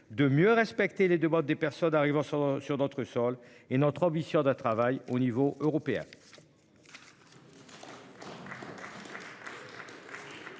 de mieux respecter les demandes des personnes arrivant sur sur notre sol et notre ambition de travail au niveau européen.